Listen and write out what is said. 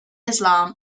islam